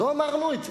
לא אמרנו את זה.